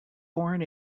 born